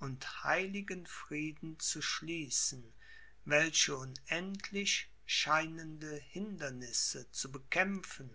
und heiligen frieden zu schließen welche unendlich scheinende hindernisse zu bekämpfen